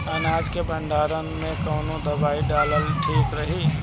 अनाज के भंडारन मैं कवन दवाई डालल ठीक रही?